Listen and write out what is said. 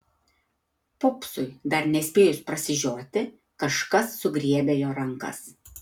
popsui dar nespėjus prasižioti kažkas sugriebė jo rankas